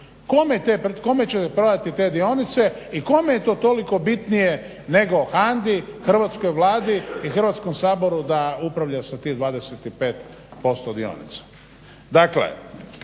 Kome će prodati te dionice i kome je to toliko bitnije nego HANDA-i, hrvatskoj Vladi i Hrvatskom saboru da upravlja sa tih 25% dionica.